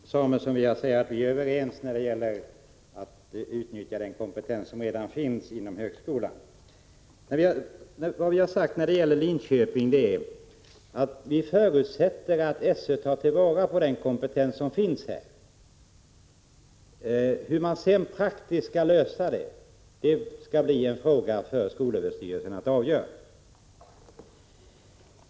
Herr talman! Jag vill säga till Björn Samuelson att vi är överens när det gäller att utnyttja den kompetens som redan finns inom högskolan. När det gäller Linköping har vi sagt att vi förutsätter att SÖ tar till vara den kompetens som finns där. Hur man sedan praktiskt skall lösa det blir en fråga för SÖ att avgöra.